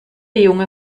junge